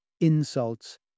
insults